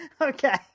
okay